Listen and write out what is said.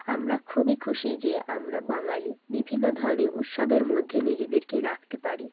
আমরা খুবই খুশি যে আমরা বাঙালি বিভিন্ন ধরনের উৎসবের মধ্যে নিজেদেরকে রাখতে পারি